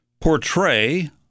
portray